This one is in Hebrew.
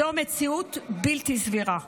זאת מציאות בלתי סבירה.